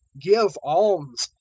give alms,